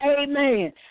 amen